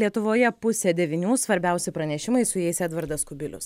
lietuvoje pusė devynių svarbiausi pranešimai su jais edvardas kubilius